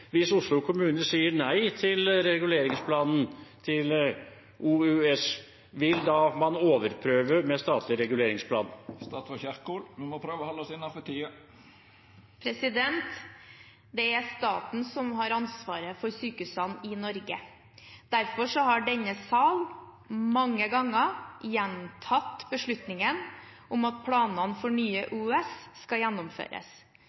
Hvis Oslo kommune sier nei til reguleringsplanen til OUS, vil man da overprøve det med en statlig reguleringsplan? Vi må prøva å halda oss innanfor tida. Det er staten som har ansvaret for sykehusene i Norge. Derfor har denne sal mange ganger gjentatt beslutningen om at planene for Nye OUS skal gjennomføres.